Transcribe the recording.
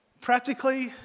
Practically